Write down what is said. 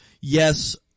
Yes